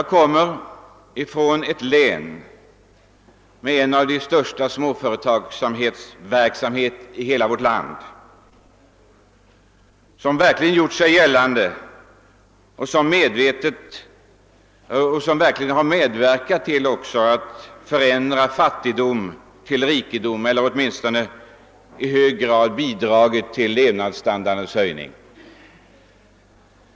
Jag kommer från ett län med en mycket utbredd småföretagsamhet — en av de största i hela vårt land — som onekligen medverkat till att föränd ra fattigdom till rikedom eller åtminstone till att väsentligt höja levnadsstandarden.